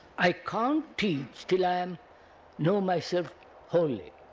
i can't teach till i um know myself wholly.